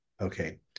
okay